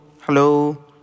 hello